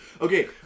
Okay